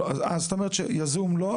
זאת אומרת שיזום לא,